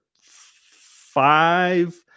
five